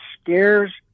scares